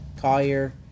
Collier